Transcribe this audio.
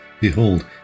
Behold